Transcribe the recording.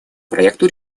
проекту